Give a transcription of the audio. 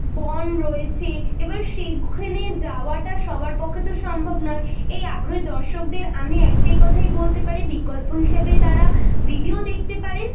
বন রয়েছে এবার সেইখানে যাওয়াটা সবার পক্ষে তো সম্ভব নয় এই আগ্রহী দর্শকদের আমি একটাই কথাই বলতে পারি বিকল্প হিসাবে তারা ভিডিও দেখতে পারেন